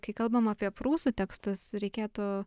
kai kalbama apie prūsų tekstus reikėtų